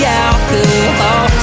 alcohol